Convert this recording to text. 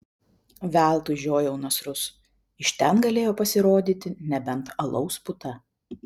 veltui žiojau nasrus iš ten galėjo pasirodyti nebent alaus puta